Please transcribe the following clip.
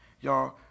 Y'all